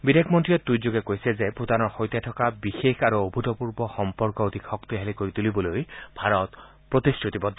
বিদেশ মন্ত্ৰীয়ে টুইটযোগে কৈছে যে ভূটানৰ সৈতে থকা বিশেষ আৰু অভূতপূৰ্ব সম্পৰ্ক অধিক শক্তিশালী কৰি তুলিবলৈ ভাৰত প্ৰতিশ্ৰুতিবদ্ধ